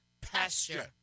Pasture